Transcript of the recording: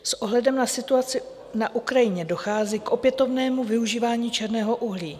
S ohledem na situaci na Ukrajině dochází k opětovnému využívání černého uhlí.